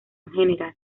general